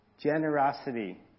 generosity